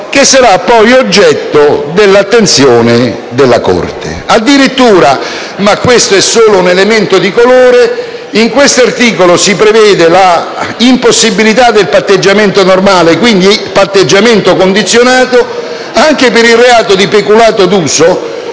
che sarà oggetto dell'attenzione della Corte. Addirittura - ma questo è solo un elemento di colore - in questo articolo si prevede l'impossibilità del patteggiamento normale, quindi patteggiamento condizionato, anche per il reato di peculato d'uso,